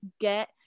get